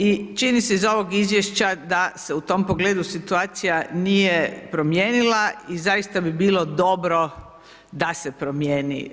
I čini se iz ovog Izvješća da se u tom pogledu situacija nije promijenila i zaista bi bilo dobro da se promijeni.